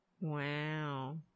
Wow